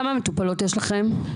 כמה מטופלות יש לכם?